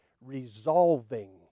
resolving